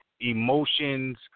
emotions